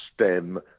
stem